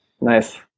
Nice